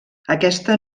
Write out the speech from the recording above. aquesta